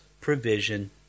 provision